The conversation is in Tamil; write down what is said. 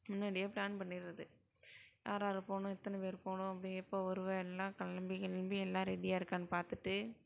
முன்னாடியே பிளான் பண்ணிடறது யார் யார் போகணும் எத்தனை பேர் போகணும் அப்படி எப்போ வருவே எல்லாம் கிளம்பி கிளம்பி எல்லாம் ரெடியாக இருக்கான்னு பார்த்துட்டு